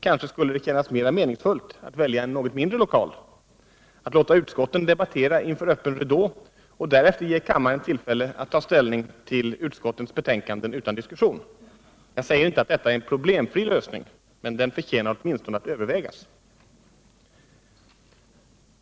Kanske skulle det kännas mer meningsfullt att välja en något mindre lokal — att låta utskotten debattera inför öppen ridå och därefter ge kammaren tillfälle att ta ställning till utskottens betänkanden utan diskussion. Jag säger inte att detta är en problemfri lösning, men den förtjänar åtminstone att övervägas.